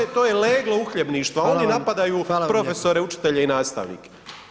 Pa to, to je leglo [[Upadica predsjednik: Hvala vam.]] uhljebništva, oni [[Upadica predsjednik: Hvala.]] napadaju profesore [[Upadica predsjednik: Hvala vam.]] učitelje i nastavnike.